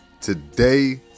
Today